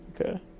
Okay